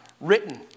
written